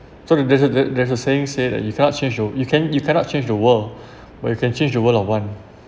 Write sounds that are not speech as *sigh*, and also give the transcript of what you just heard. so there there's a there there's a saying said that you cannot change your you can't you cannot change the world *breath* but you can change the world of one